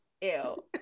ew